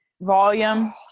volume